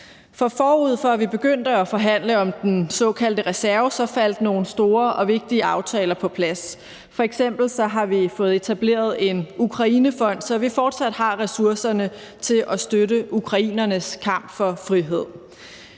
For forud for at vi begyndte at forhandle om den såkaldte reserve, faldt nogle store og vigtige aftaler på plads. F.eks. har vi fået etableret en Ukrainefond, så vi fortsat har ressourcerne til at støtte ukrainernes kamp for frihed.